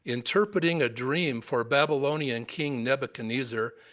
interpreting a dream for babylonian king nebuchadnezzar,